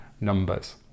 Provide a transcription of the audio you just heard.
numbers